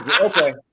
Okay